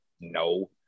No